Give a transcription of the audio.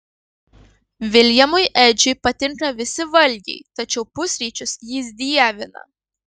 viljamui edžiui patinka visi valgiai tačiau pusryčius jis dievina